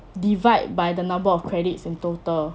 divide by the number of credits in total